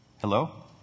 Hello